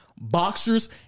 Boxers